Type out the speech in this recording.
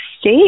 State